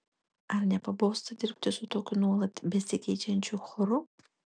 ar nepabosta dirbti su tokiu nuolat besikeičiančiu choru